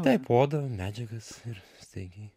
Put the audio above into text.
taip odą medžiagas ir staigiai